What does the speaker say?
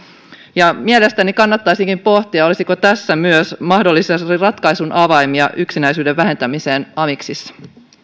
mielestäni kannattaisikin pohtia olisiko myös tässä mahdollisia ratkaisun avaimia yksinäisyyden vähentämiseen amiksissa